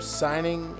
signing